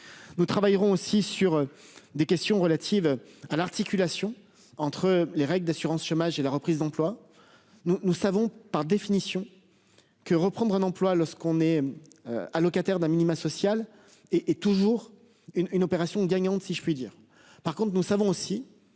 Nous travaillerons aussi sur. Des questions relatives à l'articulation entre les règles d'assurance chômage et la reprise d'emploi. Nous, nous savons par définition. Que reprendre un emploi lorsqu'on est. Ah. Locataire d'un minima social et est toujours une, une opération gagnante si je puis dire. Par contre, nous savons aussi